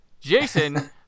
Jason